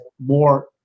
more